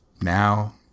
Now